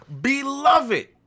Beloved